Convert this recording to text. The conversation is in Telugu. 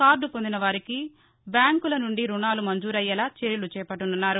కార్డు పొందిన వారికి బ్యాంకుల నుండి రుణాలు మంజూరయ్యేలా చర్యలు చేపట్లనున్నారు